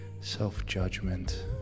self-judgment